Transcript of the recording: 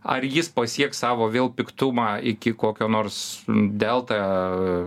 ar jis pasieks savo vėl piktumą iki kokio nors delta